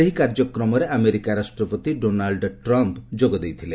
ସେହି କାର୍ଯ୍ୟକ୍ରମରେ ଆମେରିକା ରାଷ୍ଟ୍ରପତି ଡୋନାଲ୍ଡ ଟ୍ରମ୍ପ ଯୋଗ ଦେଇଥିଲେ